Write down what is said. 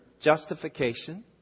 justification